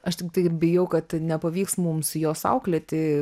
aš tiktai bijau kad nepavyks mums jos auklėti